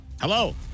Hello